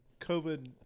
COVID